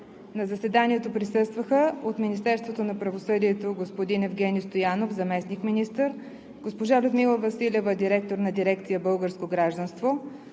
На заседанието присъстваха: от Министерството на правосъдието господин Евгени Стоянов – заместник-министър, госпожа Людмила Василева – директор на дирекция „Българско гражданство“,